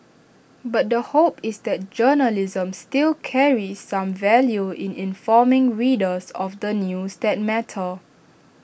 but the hope is that journalism still carries some value in informing readers of the news that matter